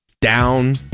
down